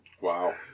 Wow